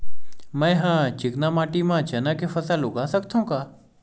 मै ह चिकना माटी म चना के फसल उगा सकथव का?